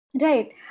right